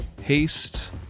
Haste